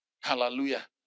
Hallelujah